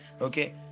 Okay